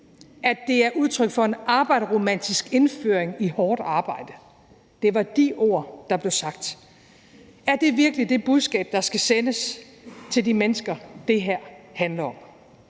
at det er udtryk for en arbejderromantisk indføring i hårdt arbejde. Det var de ord, der blev sagt. Er det virkelig det budskab, der skal sendes til de mennesker, det her handler om?